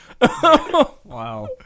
wow